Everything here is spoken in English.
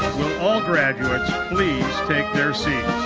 will all graduates please take their seats.